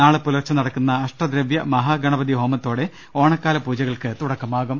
നാളെ പുലർച്ചെ നടക്കുന്ന അഷ്ടദ്രവൃ മഹാ ഗണപതിഹോമത്തോടെ ഓണക്കാല പൂജകൾക്ക് തുടക്കമാകും